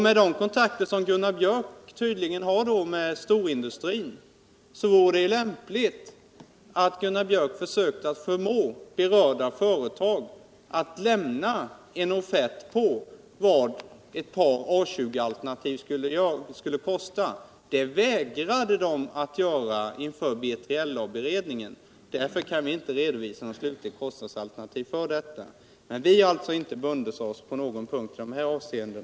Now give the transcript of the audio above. Med de kontakter som Gunnar Björk tydligen har med storindustrin vore det lämpligt att Gunnar Björk försökte få berörda företag att lämna en offert på vad ett par A 20-alternativ skulle kosta. Det vägrade de att göra inför B3LA-beredningen. Därför kan vi inte redovisa något slutligt kostnadsalternativ för detta. Vi har dock inte bundit oss på någon punkt i dessa avseenden.